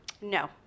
No